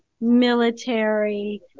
military